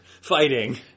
fighting